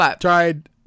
tried